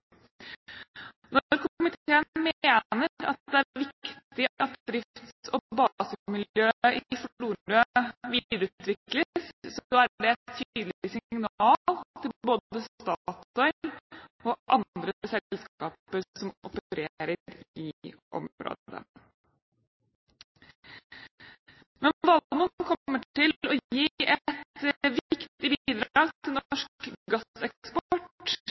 Når komiteen mener at det er viktig at drifts- og basemiljøet i Florø videreutvikles, er det et tydelig signal til både Statoil og andre selskaper som opererer i området. Men Valemon kommer til å gi et viktig bidrag til norsk gasseksport.